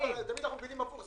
הוא יוכל להאריך.